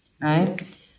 right